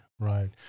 right